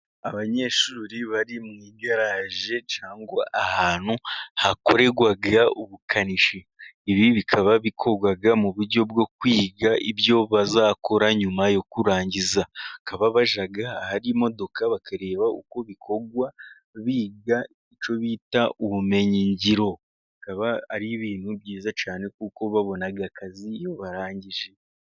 Abanyeshuri bari mu igaraje cyangwa ahantu hakorerwa ubukanishi. Ibi bikaba bikorwa mu buryo bwo kwiga ibyo bazakora nyuma yo kurangiza. Bakaba bajya ahari imodoka bakareba uko bikorwa biga icyo bita ubumenyingiro. Bikaba ari ibintu byiza cyane kuko babona akazi barangije.